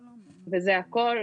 הכול.